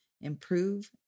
improve